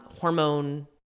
hormone